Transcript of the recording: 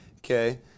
Okay